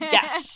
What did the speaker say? Yes